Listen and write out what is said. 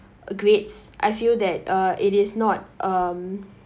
grades I feel that uh it is not um